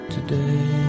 today